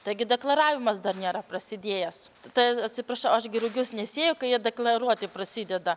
taigi deklaravimas dar nėra prasidėjęs tai atsiprašau aš gi rugius nesėju kai jie deklaruoti prasideda